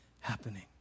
happening